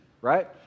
right